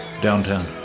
downtown